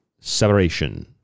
separation